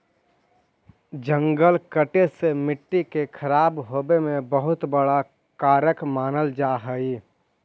जंगल कटे से मट्टी के खराब होवे में बहुत बड़ा कारक मानल जा हइ